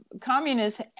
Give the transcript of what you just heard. communists